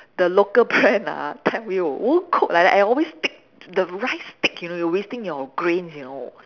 the local brand ah tell you won't cook like that I always stick the rice stick you know you're wasting your grains you know